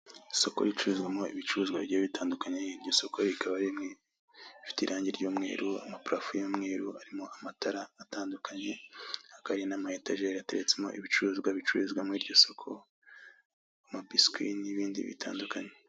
Ikigo ngororamuco cyangwa gereza ya Huye ifungiwemo imfungwa zakatiwe igifungo k'imyaka runaka bitewe n'ibyaha bakoze. Hubakishijwe amabuye akomeye ndetse n'ibyuma.